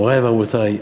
מורי ורבותי,